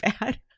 bad